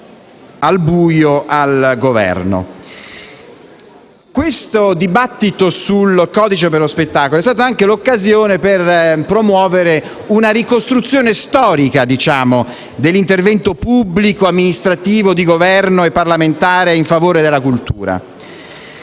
Il dibattito sul codice per lo spettacolo è stata anche l'occasione per promuovere una ricostruzione storica dell'intervento pubblico amministrativo, di Governo e parlamentare in favore della cultura.